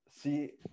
see –